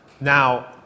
Now